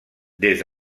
des